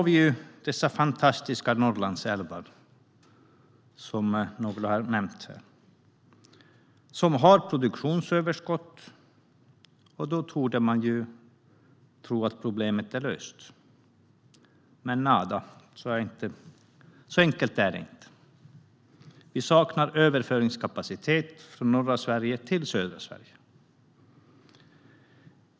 Vi har de fantastiska Norrlandsälvarna, som några har nämnt. Eftersom de har produktionsöverskott borde problemet vara löst. Men så enkelt är det inte. Vi saknar överföringskapacitet från norra till södra Sverige.